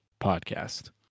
Podcast